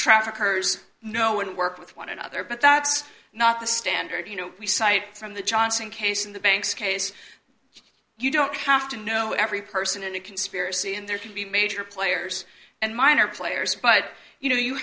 traffickers know wouldn't work with one another but that's not the standard you know we cite from the johnson case in the banks case you don't have to know every person in a conspiracy and there can be major players and minor players but you know you